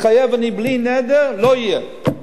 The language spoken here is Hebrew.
מתחייב אני, בלי נדר: לא יהיה.